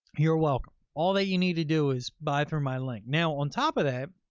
you're welcome. all that you need to do is buy through my link. now on top of that,